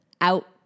out